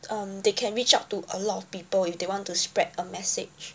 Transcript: um they can reach out to a lot of people if they want to spread a message